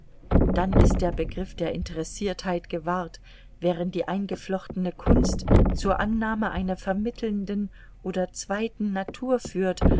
dann ist der begriff der interessiertheit gewahrt während die eingeflochtene kunst zur annahme einer vermittelnden oder zweiten natur führt